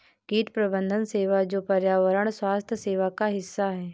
कीट प्रबंधन सेवा जो पर्यावरण स्वास्थ्य सेवा का हिस्सा है